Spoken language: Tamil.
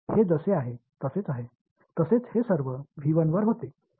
இது சரியாக இருப்பதால் இது தொடர்கிறது இது முடிந்துவிட்டது